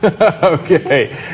Okay